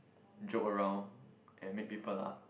joke around and make people laugh